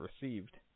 received